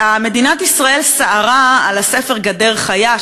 מדינת ישראל סערה על הספר "גדר חיה",